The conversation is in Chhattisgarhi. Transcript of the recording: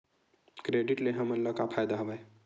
क्रेडिट ले हमन ला का फ़ायदा हवय?